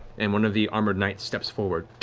and one of the armored knights steps forward,